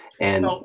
and-